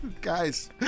Guys